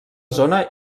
zona